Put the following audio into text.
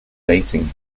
dating